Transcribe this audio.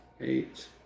eight